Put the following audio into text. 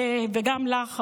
וגם לך,